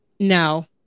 No